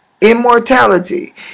immortality